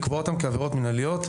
לקבוע אותן כעבירות מינהליות,